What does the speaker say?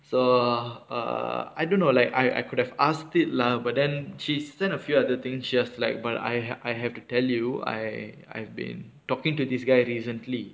so err err I don't know like I I could have asked it lah but then she's send a few other things she was like but I hav~ I have to tell you I I've been talking to this guy recently